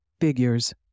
Figures